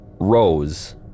Rose